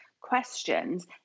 questions